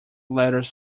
letters